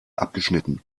abgeschnitten